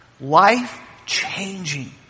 life-changing